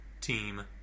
team